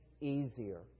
easier